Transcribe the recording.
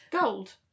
gold